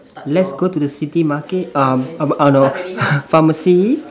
let's go to the city market um uh no pharmacy